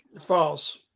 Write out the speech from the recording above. False